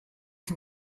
can